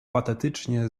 patetycznie